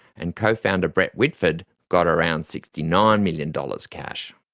and co-founder brett whitford got around sixty nine million dollars cash.